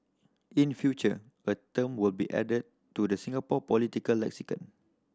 in future a term will be added to the Singapore political lexicon